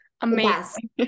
amazing